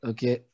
Okay